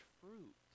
fruit